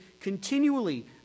continually